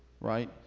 right